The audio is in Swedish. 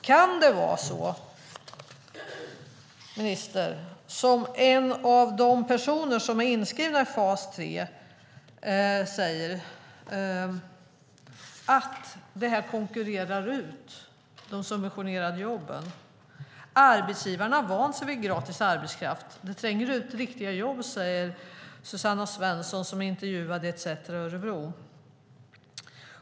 Kan det vara så, ministern, som en av de personer som är inskrivna i fas 3 säger, att detta konkurrerar ut de subventionerade jobben? Arbetsgivarna har vant sig vid gratis arbetskraft. Det tränger ut riktiga jobb, säger Susanna Svensson, som är intervjuad i ETC Örebro.